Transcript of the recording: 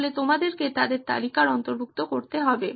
তাহলে তোমাদেরকে তাদের তালিকার অন্তর্ভুক্ত করতে হবে